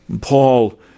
Paul